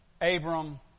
Abram